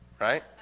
Right